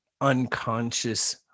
unconscious